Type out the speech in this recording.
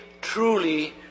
truly